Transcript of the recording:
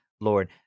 Lord